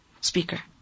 speaker